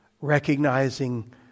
recognizing